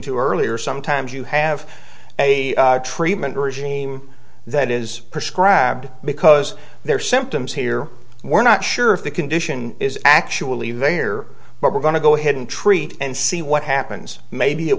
to earlier sometimes you have a treatment regime that is prescribed because there are symptoms here we're not sure if the condition is actually very or we're going to go ahead and treat and see what happens maybe it